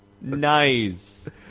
Nice